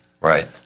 Right